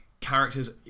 characters